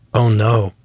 oh, no.